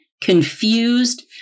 confused